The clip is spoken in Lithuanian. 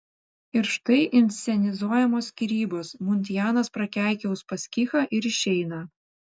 ir štai inscenizuojamos skyrybos muntianas prakeikia uspaskichą ir išeina